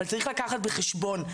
אבל צריך לקחת בחשבון,